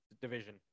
division